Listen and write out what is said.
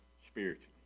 spiritually